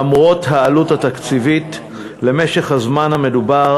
למרות העלות התקציבית למשך הזמן המדובר,